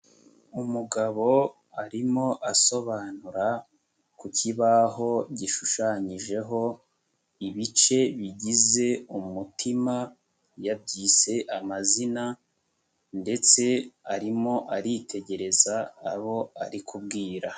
Umugabo arimo asobanura ku kibaho gishushanyijeho ibice bigize umutima, yabyise amazina ndetse arimo aritegereza abo ari kubwira.